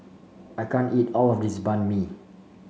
I can't eat all of this Banh Mi